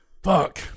Fuck